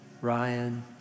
Ryan